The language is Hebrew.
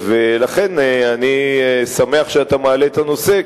לכן אני שמח שאתה מעלה את הנושא,